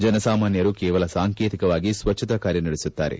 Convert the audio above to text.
ಜನಸಾಮಾನ್ಕರು ಕೇವಲ ಸಾಂಕೇತಿಕವಾಗಿ ಸ್ವಜ್ಞತಾ ಕಾರ್ಯ ನಡೆಸುತ್ತಾರೆ